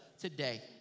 today